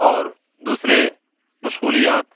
اور دوسرے مشغولیات